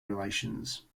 relations